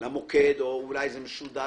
אתה נותן